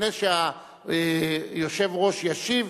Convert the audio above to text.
לפני שהיושב-ראש ישיב,